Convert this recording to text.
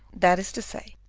that is to say,